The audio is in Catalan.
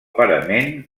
parament